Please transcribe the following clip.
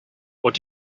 what